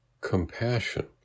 compassion